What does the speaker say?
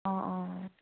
অঁ অঁ